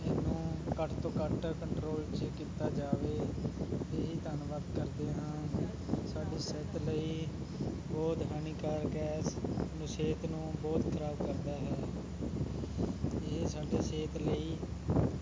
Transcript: ਇਹ ਨੂੰ ਘੱਟ ਤੋਂ ਘੱਟ ਕੰਟਰੋਲ 'ਚ ਕੀਤਾ ਜਾਵੇ ਇਹ ਹੀ ਧੰਨਵਾਦ ਕਰਦੇ ਹਾਂ ਸਾਡੇ ਸਿਹਤ ਲਈ ਬਹੁਤ ਹਾਨੀਕਾਰਕ ਹੈ ਇਹ ਸਾਡੀ ਸਿਹਤ ਨੂੰ ਬਹੁਤ ਖ਼ਰਾਬ ਕਰਦਾ ਹੈ ਇਹ ਸਾਡੇ ਸਿਹਤ ਲਈ